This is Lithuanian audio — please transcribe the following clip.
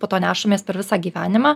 po to nešamės per visą gyvenimą